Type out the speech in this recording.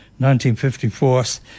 1954